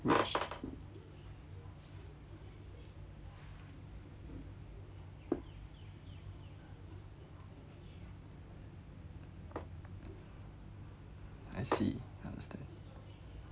I see I understand